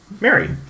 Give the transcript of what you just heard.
Mary